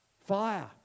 Fire